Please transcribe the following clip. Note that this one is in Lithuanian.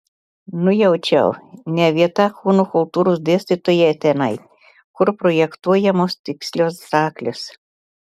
nujaučiau ne vieta kūno kultūros dėstytojai tenai kur projektuojamos tikslios staklės